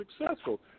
successful